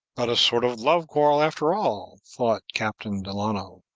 but a sort of love-quarrel, after all, thought captain delano.